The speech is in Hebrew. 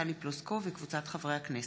טלי פלוסקוב וקבוצת חברי הכנסת.